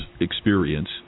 experience